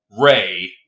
ray